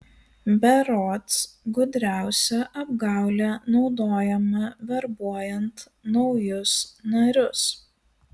berods gudriausia apgaulė naudojama verbuojant naujus narius